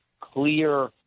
clear